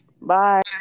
Bye